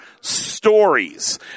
stories